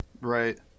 Right